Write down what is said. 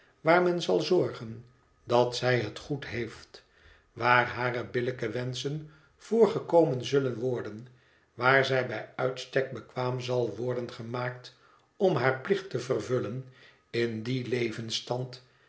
waar men zal zorgen dat zij het goed heeft waar hare billijke wenschen voorgekomen zullen worden waar zij bij uitstek bekwaam zal worden gemaakt om haar plicht te vervullen in dien